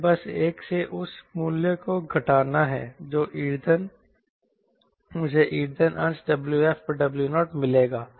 मुझे बस 1 से उस मूल्य को घटाना है मुझे ईंधन अंश WfW0 मिलेगा